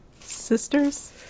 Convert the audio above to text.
Sisters